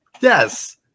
Yes